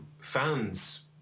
fans